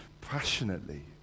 passionately